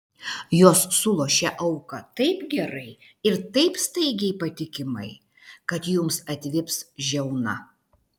jos sulošia auką taip gerai ir taip staigiai patikimai kad jums atvips žiauna